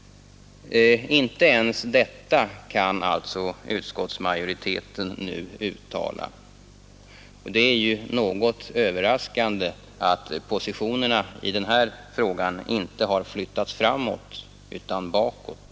Inte ens detta kan alltså utskottsmajoriteten nu uttala. Det är ju något överraskande att positionerna i denna fråga inte har flyttats framåt utan bakåt.